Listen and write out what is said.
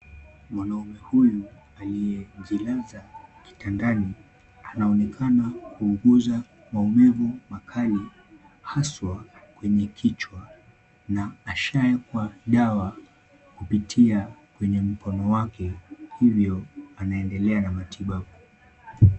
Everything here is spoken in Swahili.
Mwanamume huyu aliyejilaza kitandani anaonekana kuuguza maumivu makali haswa kwenye kichwa na asha ekwa dawa kupitia kwenye mkono wake hivyo anaendelea na matibabu.